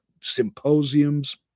symposiums